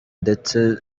ndetse